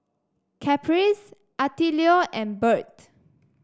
Caprice Attilio and Bert